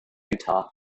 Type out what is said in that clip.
utah